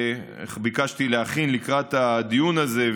ביקשתי להכין לקראת הדיון הזה,